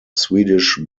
swedish